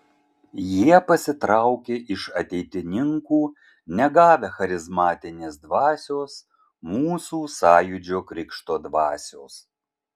jie pasitraukė iš ateitininkų negavę charizmatinės dvasios mūsų sąjūdžio krikšto dvasios